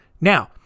Now